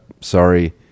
sorry